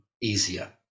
easier